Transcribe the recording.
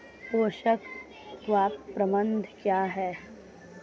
पोषक तत्व प्रबंधन क्या है?